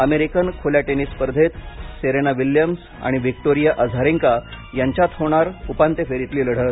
अमेरिकेन खुल्या टेनिस स्पर्धेत सेरेना विल्यम्स आणि विक्टोरिया अझारेन्का यांच्यात होणार उपांत्य फेरीतली लढत